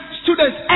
students